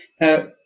Now